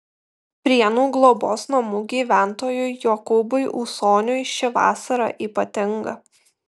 prienų globos namų gyventojui jokūbui ūsoniui ši vasara ypatinga